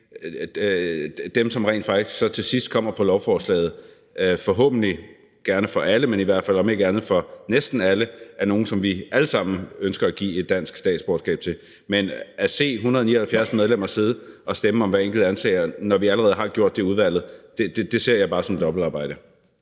dem, som rent faktisk så til sidst kommer på lovforslaget – forhåbentlig gerne for alles vedkommende, men om ikke andet for næsten alles vedkommende – er nogle, som vi alle sammen ønsker at give et dansk statsborgerskab. Men at se 179 medlemmer sidde og stemme om hver enkelt ansøger, når vi allerede har gjort det i udvalget, ser jeg bare som dobbeltarbejde.